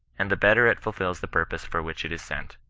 and the better it fulfils the purpose for which it is sent.